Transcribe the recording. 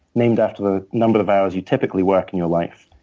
named after the number of hours you typically work in your life,